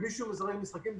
מישהו משחק משחקים.